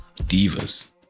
divas